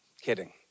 Kidding